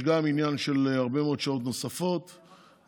יש גם עניין של הרבה מאוד שעות נוספות וכו'.